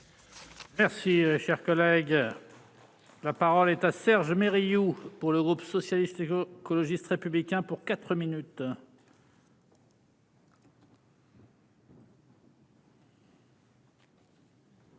Merci, cher collègue, la parole est à Serge mais Riou pour le groupe socialiste que le geste républicain pour 4 minutes.